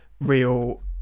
real